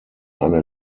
eine